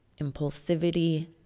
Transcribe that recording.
impulsivity